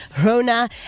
Rona